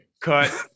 cut